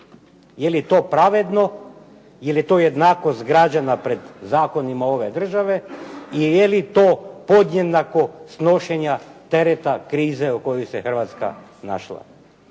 Je li to pravedno, je li to jednakost građana pred zakonima ove države i je li to podjednako snošenje tereta krize u kojoj se Hrvatska našla?